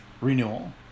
renewal